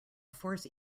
force